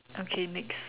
okay next